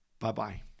Bye-bye